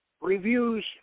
reviews